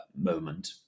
moment